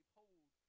hold